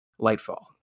Lightfall